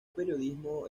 periodismo